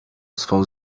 swą